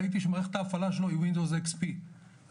ראיתי שמערכת ההפעלה שלו היא WINDOWS XP ומי